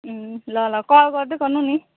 ल ल कल गर्दै गर्नु नि